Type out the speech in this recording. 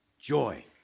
joy